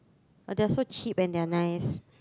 but they're so cheap and they're nice